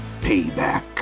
Payback